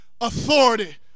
authority